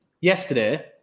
Yesterday